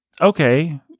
okay